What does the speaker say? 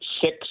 six